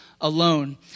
alone